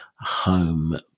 home